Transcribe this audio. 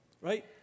right